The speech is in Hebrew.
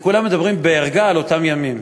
שבהן כולם מדברים בערגה על אותם ימים.